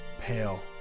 pale